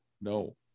no